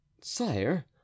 Sire